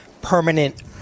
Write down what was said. permanent